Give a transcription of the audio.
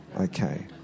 Okay